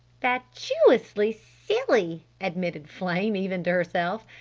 fatuously silly, admitted flame even to herself.